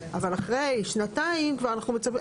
אבל אחרי שנתיים כבר אנחנו מצפים,